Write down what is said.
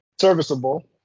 Serviceable